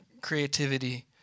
creativity